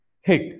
hit